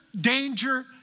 danger